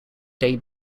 day